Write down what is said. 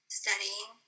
studying